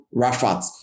Rafat